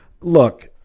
look